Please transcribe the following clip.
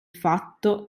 fatto